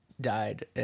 died